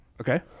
Okay